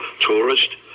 tourist